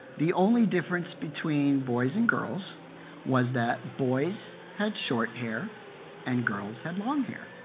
the only difference between boys and girls was that boys had short hair and girls had long hair.